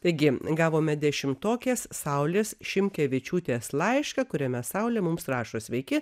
taigi gavome dešimtokės saulės šimkevičiūtės laišką kuriame saulė mums rašo sveiki